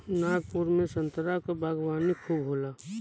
नागपुर में संतरा क बागवानी खूब होला